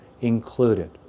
included